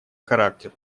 характер